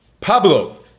Pablo